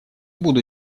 буду